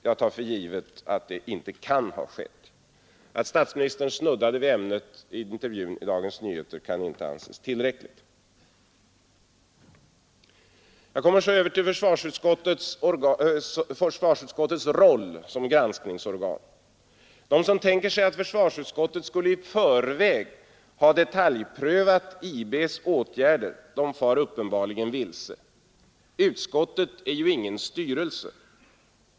Jag tar för givet att det inte kan ha skett. Att statsministern snuddade vid ämnet i intervjun i DN kan inte anses tillräckligt. Jag kommer så över till försvarsutskottets roll som granskningsorgan. De som tänker sig att försvarsutskottet skulle i förväg ha detaljprövat IB:s åtgärder far uppenbarligen vilse. Utskottet är ingen styrelse.